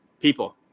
people